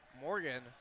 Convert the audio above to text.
Morgan